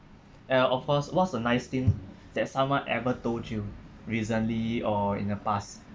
and of course what's the nice thing that someone ever told you recently or in the past